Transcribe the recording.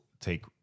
take